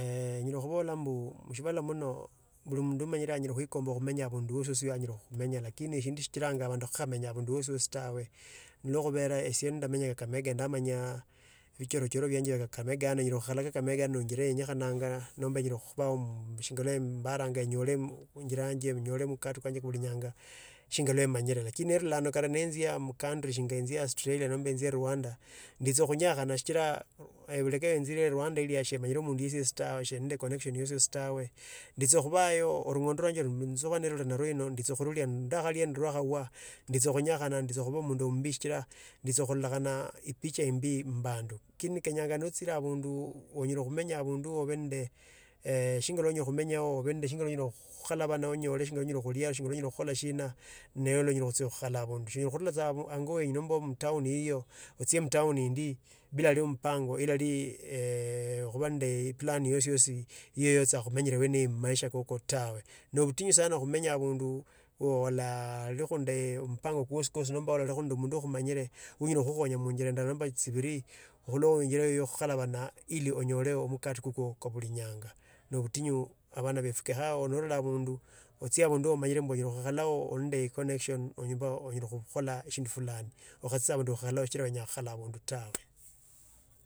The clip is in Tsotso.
eeh nyilo khubola mbu msibala mno mbulu mndimanyala khuikomba khumenya abundu asi anyala khumenya lakini chichila bandu khukhamenya abuindu asi tawe. No khubera eshie ndamenya kakamega ndamanya vichorochoro vya kakamega anoro khukhala kakamega ano injela yenye ikhanananga nomba inyala khuba mm shingolee imbaranga inyole imm njila nje inyole mkatu khali khulinyanga, shinjila amanyerere. Chinerelee lando karenenzia amu mcountry shinga enjie australia nomba enjie rwanda ndizo khunyangana sichira ee enzile e rwanda iliyasheme iromuingisii shtawe sheneinde connection yosi tawe. Nditso khubayo olungoncho lionye ndikhulia ne rukwawa ndishakhunyakhana ndaba mundu mubii sichila echakhulokhana epicha embi mubandu, lakini kenyakhana nochile abundu oenya khumenya abundu obe nende ee shindu unyala kukhalabana anyole siokhulia. Sio onyala sa kunula ango yenu nomba mtown yiyo ochie mtown indi bila mpango ilaliri eeh khopandei eplan yosiyosi yeyosi khumenyala mmaisha ko ko tawe. No obutinyu sana khumenya abundu khuala lukhunde mpango kwoskosi nomba lukhundukhumundu khumanyile, khakhonya kha injili ndala nomba chibili khula uinjile ila khukhalabana ili onyole omkati kukwo kwa bulinyanga, no butinyu abana befiwe. Kaba ochie abundu khukholao shindu fulani okhachia abundu sichila wenya khuikhala abundu fulani, okhasia avundukhalo chira wanyakhala vundu tawe.